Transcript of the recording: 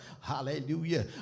hallelujah